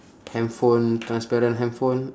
handphone transparent handphone